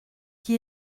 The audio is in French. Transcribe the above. qui